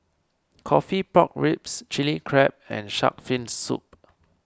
Coffee Pork Ribs Chilli Crab and Shark's Fin Soup